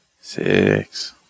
Six